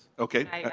okay.